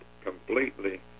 completely